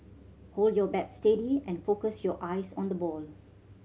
hold your bat steady and focus your eyes on the ball